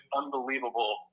unbelievable